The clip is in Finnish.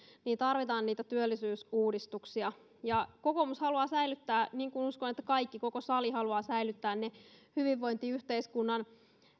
niin tarvitaan niitä työllisyysuudistuksia kokoomus haluaa säilyttää niin kuin uskon että koko sali haluaa säilyttää ne hyvinvointiyhteiskunnan